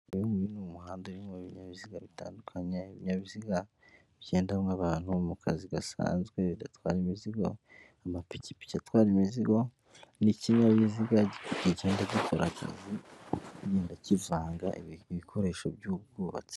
Uyu nguyu ni umuhanda urimo ibinyabiziga bitandukanye, ibinyabiziga bigendamwo abantu mu kazi gasanzwe bidatwara imizigo, amapikipiki atwara imizigo, n'ikinyabiziga kigenda gikora akazi, kigenda kivanga, ibikoresho by'ubwubatsi.